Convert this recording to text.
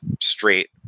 straight